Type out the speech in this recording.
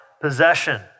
possession